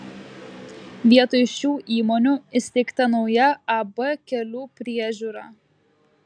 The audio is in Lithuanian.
vietoj šių įmonių įsteigta nauja ab kelių priežiūra